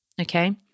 Okay